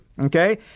okay